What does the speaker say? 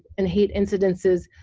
and hate incidences,